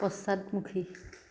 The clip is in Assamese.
পশ্চাদমুখী